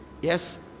Yes